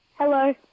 Hello